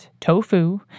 tofu